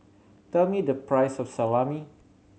tell me the price of Salami